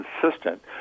consistent